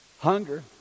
Hunger